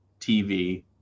TV